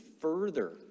further